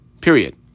Period